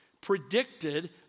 predicted